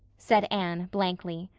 said anne, blankly.